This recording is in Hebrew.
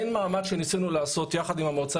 אין מעמד שניסינו לעשות יחד עם המועצה